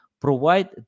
provide